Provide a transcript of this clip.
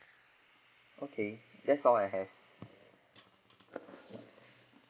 okay that's all I have